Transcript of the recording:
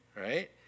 right